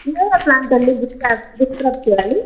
ఏ ఏ ప్లాంట్ అండి gift wrap gift wrap చెయ్యాలి